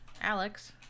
Alex